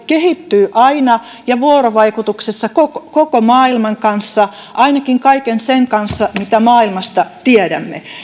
kehittyy aina ja vuorovaikutuksessa koko koko maailman kanssa ainakin kaiken sen kanssa mitä maailmasta tiedämme